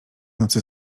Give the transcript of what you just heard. nocy